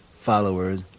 followers